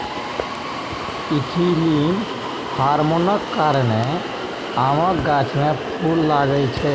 ethylene हार्मोनक कारणेँ आमक गाछ मे फुल लागय छै